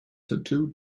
tattoo